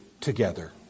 together